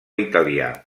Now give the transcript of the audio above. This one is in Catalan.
italià